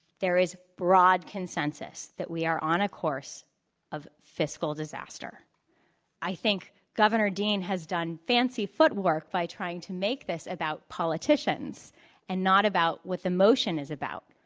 there is broad consensus that we are on a course of fiscal disaster. i think governor dean has done fancy footwork by trying to make this about politicians and not about what the motion is about,